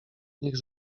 niech